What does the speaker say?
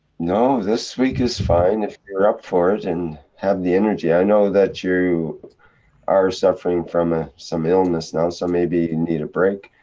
no this week is fine, if you're up for it and have the energy, i know that you are suffering from a some illness now, so maybe you need a break?